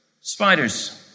spiders